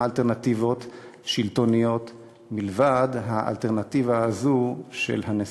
אלטרנטיבות שלטוניות מלבד האלטרנטיבה הזו של הנסיגה.